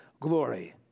glory